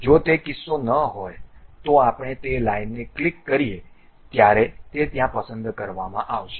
જો તે કિસ્સો ન હોય તો આપણે તે લાઈનને ક્લિક કરીએ ત્યારે તે ત્યાં પસંદ કરવામાં આવશે